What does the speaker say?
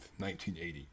1980